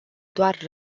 doar